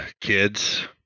kids